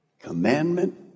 commandment